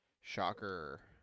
Shocker